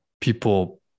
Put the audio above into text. people